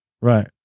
Right